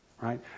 right